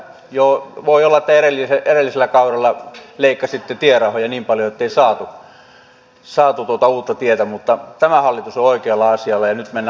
joo voi olla että edellisellä kaudella leikkasitte tierahoja niin paljon ettei saatu uutta tietä mutta tämä hallitus on oikealla asialla ja nyt mennään oikeaan suuntaan